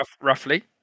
Roughly